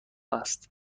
است